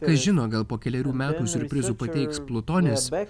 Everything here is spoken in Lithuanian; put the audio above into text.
kas žino gal po kelerių metų siurprizų pateiks plutonis